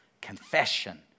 confession